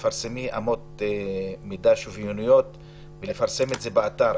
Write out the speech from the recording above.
שתפרסמי אמות מידה שוויוניות ולפרסם את זה באתר.